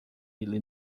ele